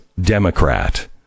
Democrat